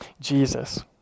Jesus